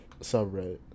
subreddit